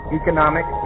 economic